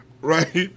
right